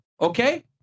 okay